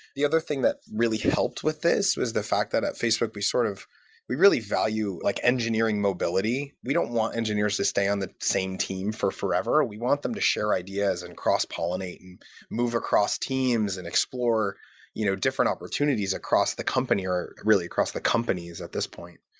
the other thing that really helped with this is was the fact that at facebook, we sort of we really value like engineering mobility. we don't want engineers to stay on the same team for forever. we want them to share ideas and cross-pollinate and move across teams and explore you know different opportunities across the company or really across the companies at this point.